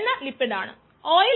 time X നിന്നും ഉള്ള വ്യതിയാനമാണിത്